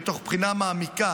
ותוך בחינה מעמיקה